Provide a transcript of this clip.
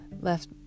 left